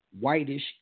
whitish